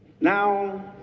now